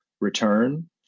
return